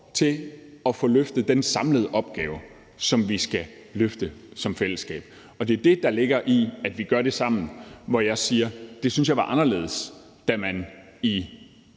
til at få løftet den samlede opgave, som vi skal løfte som fællesskab. Det er det, der ligger i, at vi gør det sammen, og jeg siger, at det synes jeg var anderledes, da man i